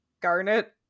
garnet